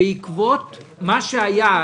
שבעקבות מה שהיה,